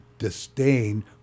disdain